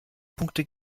punkte